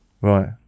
Right